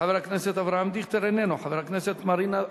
חבר הכנסת מאיר שטרית, איננו.